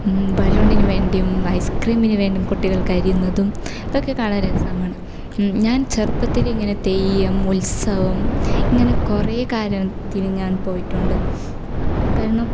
ബലൂണിനു വേണ്ടിയും ഐസ്ക്രീമിന് വേണ്ടിയും കുട്ടികൾ കരയുന്നതും ഇതൊക്കെ കാണാന് രസമാണ് ഞാൻ ചെറുപ്പത്തിലെ ഇങ്ങനെ തെയ്യം ഉത്സവം ഇങ്ങനെ കുറേ കാര്യത്തിന് ഞാൻ പോയിട്ടുണ്ട് കാരണം